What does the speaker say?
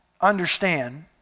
understand